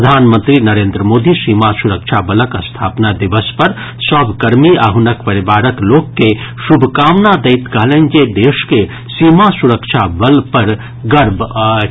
प्रधानमंत्री नरेंद्र मोदी सीमा सुरक्षा बलक स्थापना दिवस पर सभ कर्मी आ हुनक परिवारक लोक के शुभकामना दैत कहलनि जे देश के सीमा सुरक्षा बल पर गर्व अछि